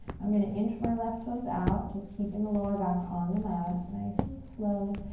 i'm gonna inch my left toes out just keeping the lower back on the mat, nice and slow,